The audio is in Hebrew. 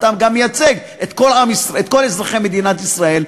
אתה גם מייצג את כל אזרחי מדינת ישראל,